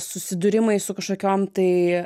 susidūrimai su kažkokiom tai